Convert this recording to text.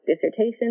dissertation